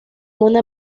una